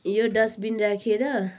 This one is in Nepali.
यो डस्टबिन राखेर